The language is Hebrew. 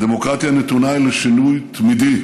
הדמוקרטיה נתונה לשינוי תמידי,